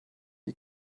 die